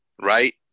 right